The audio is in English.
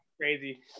crazy